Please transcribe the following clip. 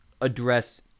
address